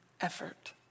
effort